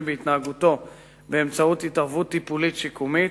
בהתנהגותו באמצעות התערבות טיפולית-שיקומית.